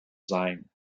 sein